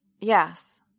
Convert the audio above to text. yes